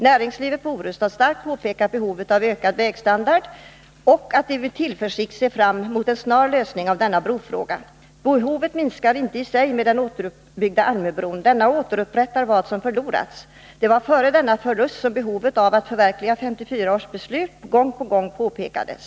Näringslivet på Orust har starkt påpekat behovet av en förbättring av vägstandarden. Det säger sig med tillförsikt se fram emot en snar lösning av denna brofråga. Behovet minskar inte i och med att Almöbron blir återuppbyggd. Denna återupprättar vad som förlorats. Det var före denna förlust som behovet av att förverkliga 1954 års beslut gång på gång påpekades.